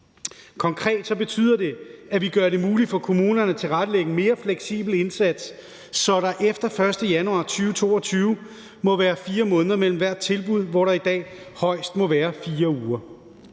Konkret betyder det, at vi gør det muligt for kommunerne at tilrettelægge en mere fleksibel indsats, så der efter den 1. januar 2022 må være 4 måneder mellem hvert tilbud, hvor der i dag højst må være 4 uger.